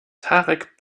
tarek